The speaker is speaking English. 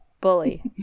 bully